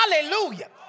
Hallelujah